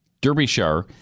Derbyshire